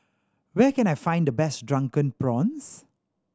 where can I find the best Drunken Prawns